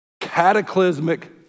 cataclysmic